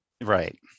Right